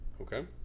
Okay